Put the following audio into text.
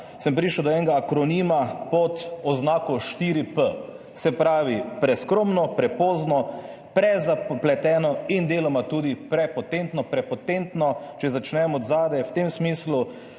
sem prišel do enega akronima pod oznako štiri P, se pravi, preskromno, prepozno, prezapleteno in deloma tudi prepotentno. Prepotentno, če začnem od zadaj, v tem smislu,